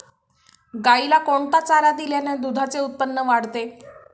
गाईला कोणता चारा दिल्याने दुधाचे उत्पन्न वाढते?